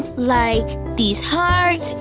like these hearts,